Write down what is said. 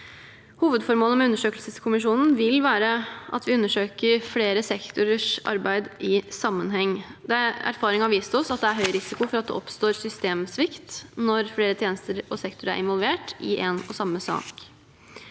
Hovedformålet med undersøkelseskommisjonen vil være at vi undersøker flere sektorers arbeid i sammenheng. Erfaringen har vist oss at det er høy risiko for at det oppstår systemsvikt når flere tjenester og sektorer er involvert i en og samme sak.